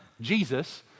Jesus